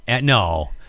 no